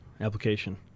application